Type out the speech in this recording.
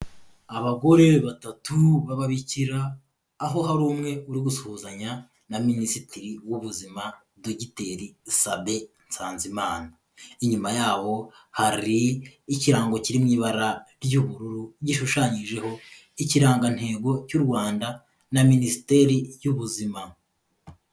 Abagore batatu b'ababikira, aho hari umwe uri gusuhuzanya na minisitiri w'ubuzima Dogiteri Sabin Nsanzimana. Inyuma yabo hari ikirango kiri mu ibara ry'ubururu gishushanyijeho ikirangantego cy'u Rwanda na minisiteri y'ubuzima.